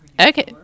okay